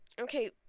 Okay